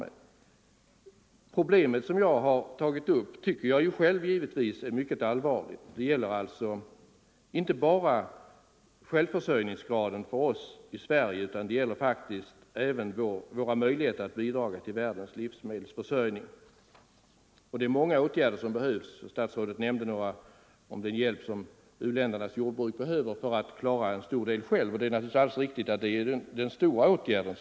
6 december 1974 Det problem jag tagit upp är mycket allvarligt. Det gäller intebara — självförsörjningsgraden för oss i Sverige, utan det gäller faktiskt även Ang. jordbrukspolivåra möjligheter att bidra till världens livsmedelsförsörjning. Det är = tiken många åtgärder som behövs — statsrådet nämnde några — för att hjälpa u-länderna att klara en stor del av försörjningen själva. Det är den stora åtgärden.